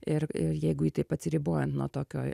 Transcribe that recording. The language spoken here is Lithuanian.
ir ir jeigu taip atsiribojant nuo tokio